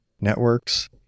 networks